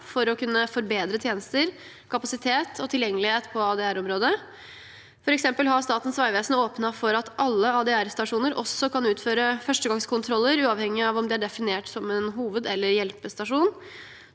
for å kunne forbedre tjenester, kapasitet og tilgjengelighet på ADR-området. For eksempel har Statens vegvesen åpnet for at alle ADR-stasjoner også kan utføre førstegangskontroller, uavhengig av om de er definert som hoved- eller hjelpestasjon.